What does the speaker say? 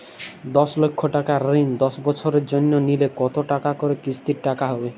দশ লক্ষ টাকার ঋণ দশ বছরের জন্য নিলে কতো টাকা করে কিস্তির টাকা হবে?